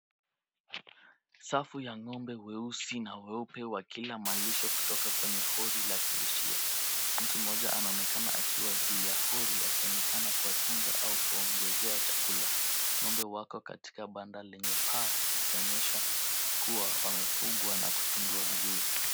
Safu ya ng'ombe weusi na weupe wakila malisho kutoka kwenye hori la kulishia. Mtu mmoja anaonekana akiwa juu ya hori, akionekana kuwatunza au kuwaongezea chakula. Ng'ombe wako katika banda lenye paa likionyesha kuwa wamefugwa na kutunzwa vizuri.